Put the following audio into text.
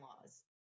laws